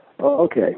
Okay